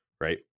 right